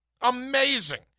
Amazing